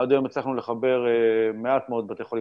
עד היום הצלחנו לחבר מעט מאוד בתי חולים,